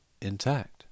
intact